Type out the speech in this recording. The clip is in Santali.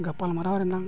ᱜᱟᱯᱟᱞᱼᱢᱟᱨᱟᱣ ᱨᱮᱱᱟᱜ